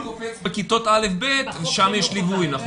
המספר קופץ בכיתות א'-ב', שם יש ליווי צמוד.